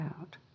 out